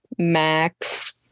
Max